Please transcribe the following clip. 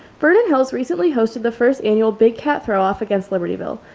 vernon hills recently hosted the first annual big cat throw off against libertyville.